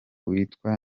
witwa